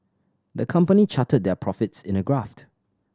the company charted their profits in a graphed